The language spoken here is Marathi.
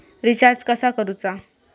रिचार्ज कसा करूचा?